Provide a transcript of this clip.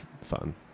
fun